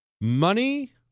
Money